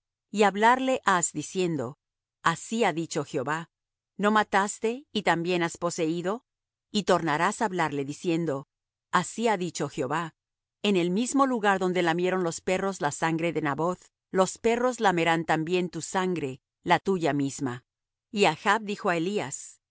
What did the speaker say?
y hablarle has diciendo así ha dicho jehová no mataste y también has poseído y tornarás á hablarle diciendo así ha dicho jehová en el mismo lugar donde lamieron los perros la sangre de naboth los perros lamerán también tu sangre la tuya misma y achb dijo á elías